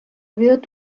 wird